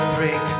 break